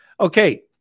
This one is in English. Okay